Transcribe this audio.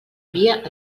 via